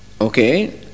Okay